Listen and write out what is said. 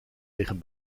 liggen